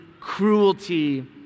cruelty